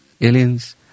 aliens